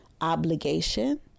obligation